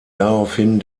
daraufhin